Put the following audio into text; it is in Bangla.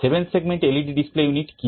7 সেগমেন্ট এলইডি ডিসপ্লে ইউনিট কি